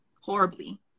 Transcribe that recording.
horribly